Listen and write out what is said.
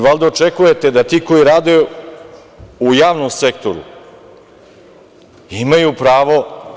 Valjda očekujete da ti koji rade u javnom sektoru imaju pravo.